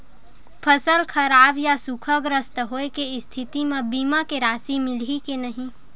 फसल खराब या सूखाग्रस्त होय के स्थिति म बीमा के राशि मिलही के नही?